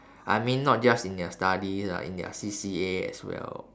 I mean not just in their studies ah in their C_C_A as well